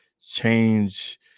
change